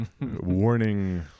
warning